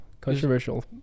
controversial